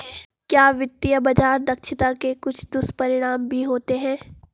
क्या वित्तीय बाजार दक्षता के कुछ दुष्परिणाम भी होते हैं?